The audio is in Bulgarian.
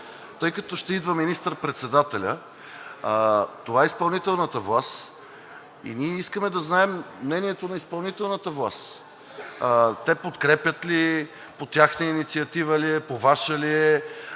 тъй като ще идва министър-председателят, това е изпълнителната власт, ние искаме да знаем мнението на изпълнителната власт – те подкрепят ли я, по тяхна инициатива ли е, по Ваша ли е,